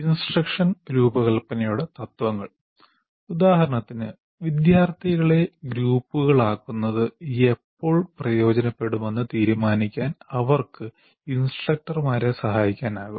instruction രൂപകൽപ്പനയുടെ തത്വങ്ങൾ ഉദാഹരണത്തിന് വിദ്യാർത്ഥികളെ ഗ്രൂപ്പുകളാക്കുന്നത് എപ്പോൾ പ്രയോജനപ്പെടുമെന്ന് തീരുമാനിക്കാൻ അവർക്ക് ഇൻസ്ട്രക്ടർമാരെ സഹായിക്കാനാകും